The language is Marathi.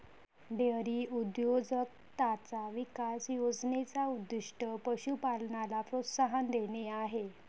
डेअरी उद्योजकताचा विकास योजने चा उद्दीष्ट पशु पालनाला प्रोत्साहन देणे आहे